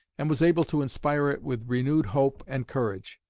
and was able to inspire it with renewed hope and courage.